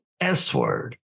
S-word